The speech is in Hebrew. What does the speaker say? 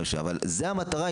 אבל זו המטרה,